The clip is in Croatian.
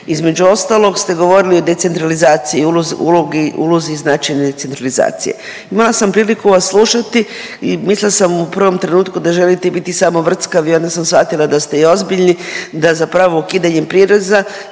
Između ostalog ste govorili o decentralizaciji, ulozi značajne decentralizacije. Imala sam priliku vas slušati i mislila sam u prvom trenutku da želite biti samo vrckavi, a onda sam shvatila da ste i ozbiljni, da zapravo ukidanje prireza